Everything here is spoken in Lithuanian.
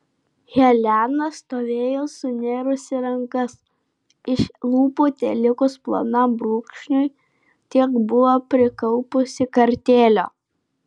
helena stovėjo sunėrusi rankas iš lūpų telikus plonam brūkšniui tiek buvo prikaupusi kartėlio